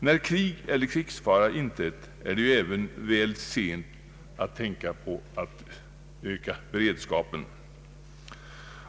När krig eller krigsfara inträtt är det även väl sent att tänka på att öka beredskapen.